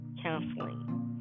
counseling